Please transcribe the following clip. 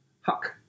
Huck